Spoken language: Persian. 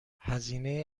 هزینه